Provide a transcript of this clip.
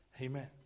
Amen